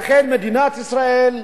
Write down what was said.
לכן, מדינת ישראל,